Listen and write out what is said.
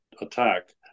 attack